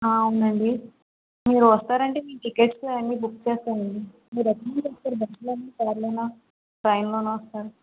ఆ అవునండి మీరు వస్తారంటే మీ టికెట్స్ అవి అన్ని బుక్ చేస్తానండి మీరు ఎక్కడ నుండి వస్తారు బస్సులోనా ట్రైన్లోనా వస్తారు